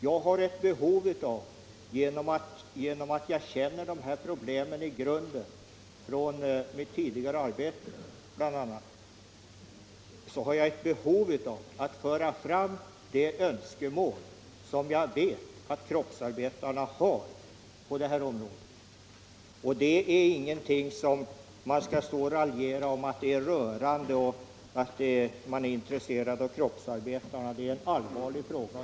Jag har genom att jag känner dessa problem i grunden, bl.a. från mitt tidigare arbete, ett behov av att föra fram de önskemål som jag vet att kropps 147 arbetarna har på det här området. Det är ingenting som man skall raljera om genom att tala om en rörande uppslutning och om att man är intresserad av kroppsarbetarnas villkor.